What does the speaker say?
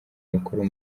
mukuru